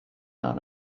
not